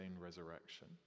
resurrection